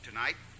Tonight